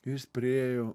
jis priėjo